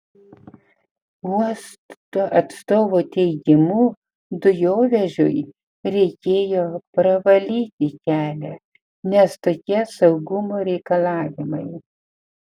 uosto atstovų teigimu dujovežiui reikėjo pravalyti kelią nes tokie saugumo reikalavimai